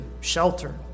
shelter